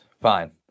Fine